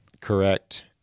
Correct